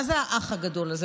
מה זה האח הגדול הזה?